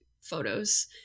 photos